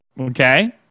okay